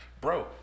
bro